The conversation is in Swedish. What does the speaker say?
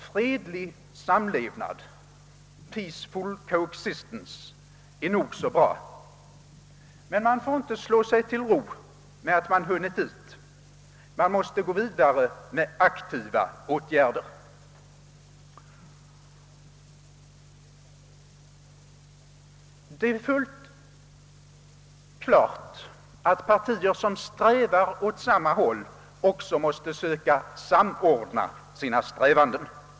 Fredlig samlevnad, peaceful coexistence, är nog så bra. Men man får inte slå sig till ro med att man hunnit dit. Man måste gå vidare med aktiva åtgärder. Det är fullt klart att partier som strävar åt samma håll också måste samordna sina strävanden.